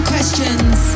Questions